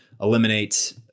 eliminate